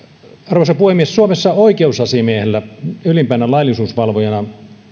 arvoisa puhemies suomessa oikeusasiamiehellä ylimpänä laillisuusvalvojana